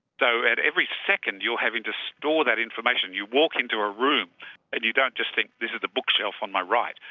so at every second you're having to store that information. you walk into a room and you don't just think this is the bookshelf on my right,